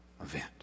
event